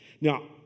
Now